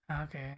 Okay